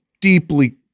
deeply